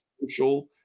social